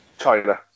China